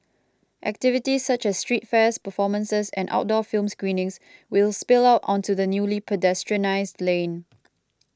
activities such as street fairs performances and outdoor film screenings will spill out onto the newly pedestrianised lane